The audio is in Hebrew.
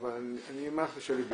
אני אומר לך את אשר על לבי,